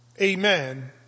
amen